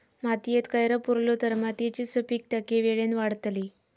मातयेत कैर पुरलो तर मातयेची सुपीकता की वेळेन वाडतली?